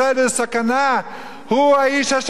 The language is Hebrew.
הוא האיש אשר הקדוש-ברוך-הוא יילחם,